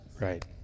Right